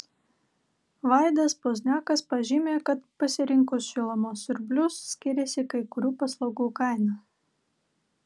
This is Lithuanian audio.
vaidas pozniakas pažymi kad pasirinkus šilumos siurblius skiriasi kai kurių paslaugų kaina